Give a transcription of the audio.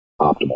optimal